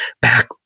back